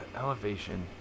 elevation